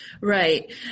Right